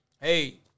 Hey